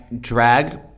drag